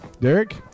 Derek